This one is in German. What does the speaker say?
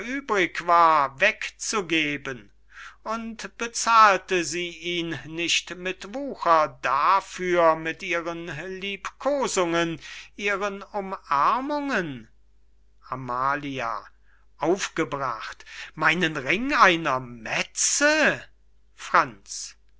übrig war wegzugeben und bezahlte sie ihn nicht mit wucher dafür mit ihren liebkosungen ihren umarmungen amalia aufgebracht meinen ring einer metze franz